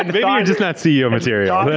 and they um just not see your material.